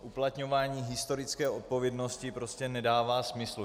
Uplatňování historické odpovědnosti prostě nedává smysl.